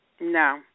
No